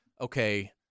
okay